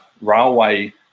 railway